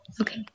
Okay